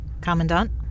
Commandant